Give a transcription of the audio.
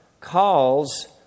calls